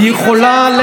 ממשלת שמאל.